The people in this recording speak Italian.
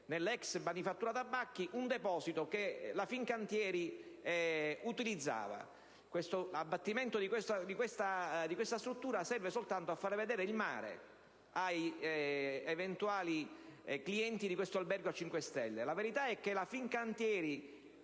nell'ex manifattura tabacchi, un deposito che la Fincantieri utilizzava. Questo abbattimento serve soltanto a far vedere il mare agli eventuali clienti di questo albergo a cinque stelle. La verità è che la Fincantieri